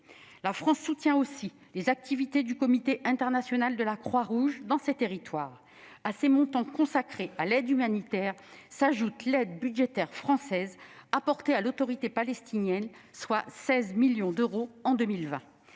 La France soutient aussi les activités du comité international de la Croix-Rouge dans ces territoires. À ces montants consacrés à l'aide humanitaire, s'ajoute l'aide budgétaire française apportée à l'Autorité palestinienne, soit 16 millions d'euros en 2020.